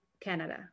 Canada